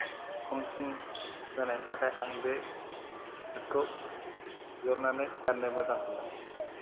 खमसिन जानायनि थाखाय आं बे शार्टखौ बिहरनानै गाननो मोजां मोनदों